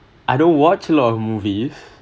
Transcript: I don't watch a lot of movies